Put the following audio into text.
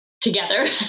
together